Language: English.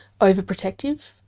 overprotective